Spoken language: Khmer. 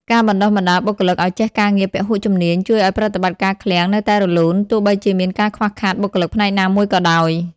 ការបណ្តុះបណ្តាលបុគ្គលិកឱ្យចេះការងារពហុជំនាញ ជួយឱ្យប្រតិបត្តិការឃ្លាំងនៅតែរលូនទោះបីជាមានការខ្វះខាតបុគ្គលិកផ្នែកណាមួយក៏ដោយ។